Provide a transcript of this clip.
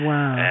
Wow